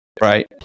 right